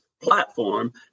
platform